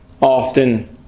often